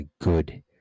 good